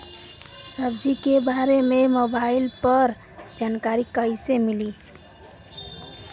सब्जी के बारे मे मोबाइल पर जानकारी कईसे मिली?